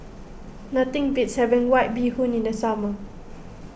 nothing beats having White Bee Hoon in the summer